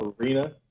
Arena